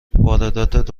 واردات